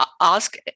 ask